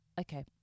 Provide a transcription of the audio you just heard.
Okay